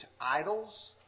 idols